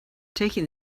taking